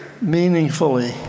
meaningfully